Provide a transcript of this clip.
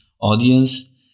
audience